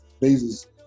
bases